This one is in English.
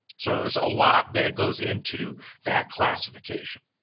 so there's a lot that goes into that classification.